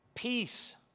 Peace